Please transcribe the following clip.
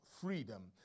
freedom